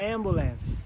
Ambulance